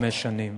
חמש שנים.